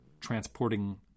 transporting